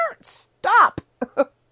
stop